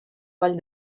ball